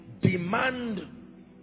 demand